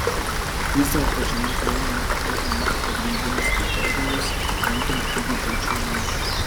vis dėlto žema kaina neturėtų būti pagrindinis kriterijus renkant kūdikiui čiužinį